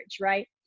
right